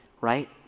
right